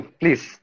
please